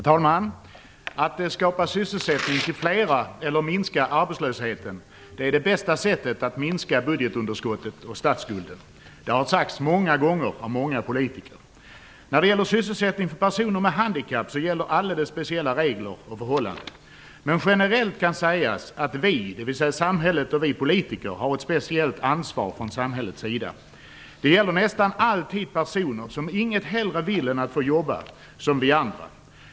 Herr talman! Att skapa sysselsättning till flera eller att minska arbetslösheten är det bästa sättet att minska budgetunderskottet och statsskulden. Det har sagts många gånger av många politiker. I fråga om sysselsättning för personer med handikapp gäller alldeles speciella regler och förhållanden. Men generellt kan sägas att vi - dvs. samhället och vi politiker - har ett speciellt ansvar. Det gäller nästan alltid personer som inget hellre vill än att få jobba precis som vi andra.